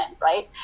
right